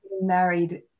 married